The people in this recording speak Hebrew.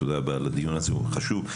תודה רבה על הדיון הזה, הוא מאוד חשוב.